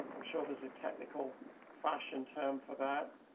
i'm sure there's a technical fashioned term for that.